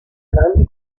grandi